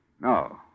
No